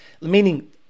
meaning